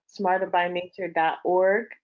smarterbynature.org